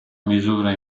misura